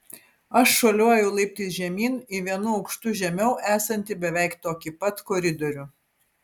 aš šuoliuoju laiptais žemyn į vienu aukštu žemiau esantį beveik tokį pat koridorių